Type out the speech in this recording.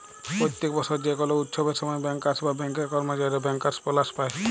প্যত্তেক বসর যে কল উচ্ছবের সময় ব্যাংকার্স বা ব্যাংকের কম্মচারীরা ব্যাংকার্স বলাস পায়